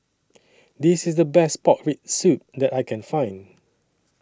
This IS The Best Pork Rib Soup that I Can Find